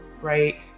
right